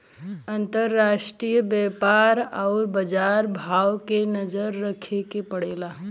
अंतराष्ट्रीय व्यापार आउर बाजार भाव पे नजर रखे के पड़ला